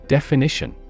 Definition